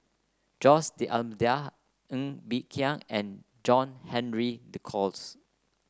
Jose D'Almeida Ng Bee Kia and John Henry Duclos